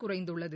குறைந்துள்ளது